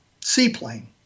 seaplane